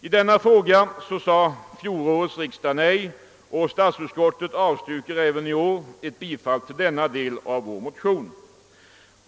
I denna fråga sade fjolårets riksdag nej, och statsutskottet avstyrker även i år ett bifall till denna del av vår motion.